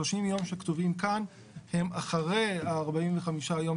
ה-30 יום שכתובים כאן הם אחרי ה-45 יום